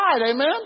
Amen